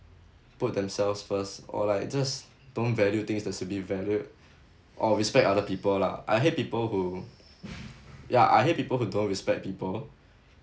put themselves first or like just don't value things that should be valued or respect other people lah I hate people who ya I hate people who don't respect people